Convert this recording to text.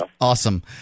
Awesome